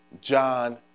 John